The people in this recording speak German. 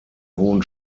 hohen